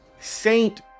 Saint